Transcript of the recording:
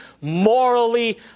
morally